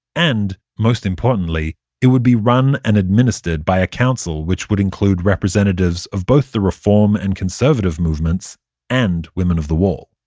and most importantly it would be run and administered by a council which would include representatives of both the reform and conservative conservative movements and women of the wall.